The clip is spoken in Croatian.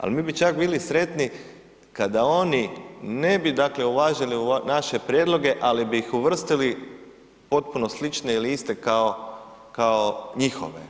Ali mi bi čak bili sretni kada oni ne bi dakle uvažili naše prijedloge ali bi ih uvrstili potpuno slične ili iste kao njihove.